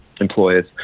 employers